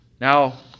Now